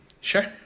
Sure